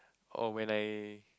oh when I